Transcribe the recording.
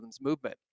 movement